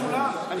זה מצולם.